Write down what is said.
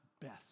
best